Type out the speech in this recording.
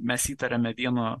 mes įtariame vieno